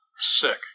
sick